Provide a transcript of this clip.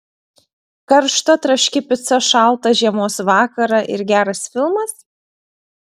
karšta traški pica šaltą žiemos vakarą ir geras filmas